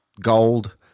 gold